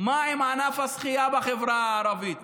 מה עם ענף השחייה בחברה הערבית,